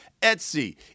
Etsy